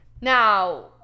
Now